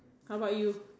how about you